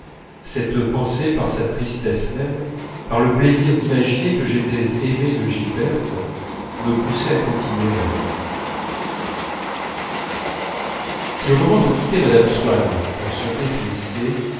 cette pensée par sa tristesse même par le plaisir d'imaginer que j'étais aimé de gilberte me poussait à continuer ma lettre si au moment de quitter mme swann quand son